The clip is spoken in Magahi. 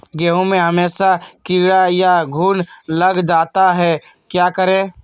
गेंहू में हमेसा कीड़ा या घुन लग जाता है क्या करें?